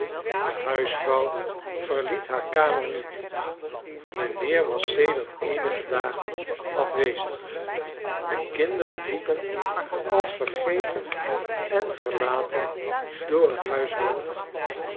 de huisvrouw verliet haar kamer niet mijnheer was sedert eenige dagen afwezig de kinderen liepen als vergeten en verlaten door het huis rond